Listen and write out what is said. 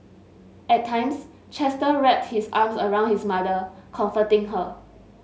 at times Chester wrapped his arms around his mother comforting her